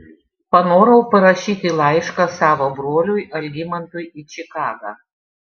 panorau parašyti laišką savo broliui algimantui į čikagą